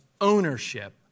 ownership